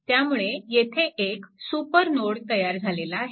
त्यामुळे येथे एक सुपरनोड तयार झालेला आहे